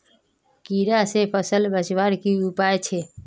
कीड़ा से फसल बचवार की उपाय छे?